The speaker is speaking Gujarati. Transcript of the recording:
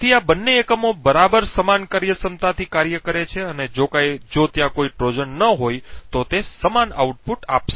તેથી આ બંને એકમો બરાબર સમાન કાર્યક્ષમતાથી કાર્ય કરે છે અને જો ત્યાં કોઈ ટ્રોજન ન હોય તો તે સમાન આઉટપુટ આપશે